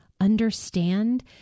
understand